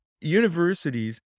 universities